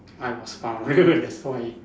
I was found